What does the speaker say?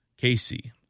Casey